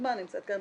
כדוגמה נמצאת כאן